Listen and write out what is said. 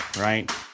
right